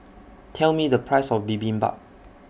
Tell Me The Price of Bibimbap